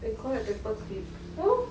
they call that paper clip